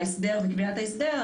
וההסדר וקביעת ההסדר,